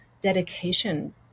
dedication